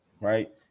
right